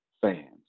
fans